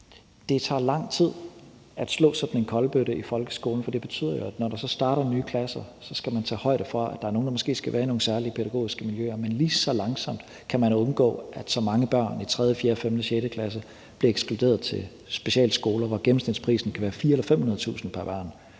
Det tager lang tid at slå sådan en kolbøtte i folkeskolen, for det betyder jo, at når der så starter nye klasser, skal man tage højde for, at der er nogle, der måske skal være i nogle særlige pædagogiske miljøer. Men lige så langsomt kan man undgå, at så mange børn i 3., 4., 5., 6. klasse bliver ekskluderet til specialskoler, hvor gennemsnitsprisen kan være 400.000 eller 500.000 kr. pr.